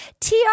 tr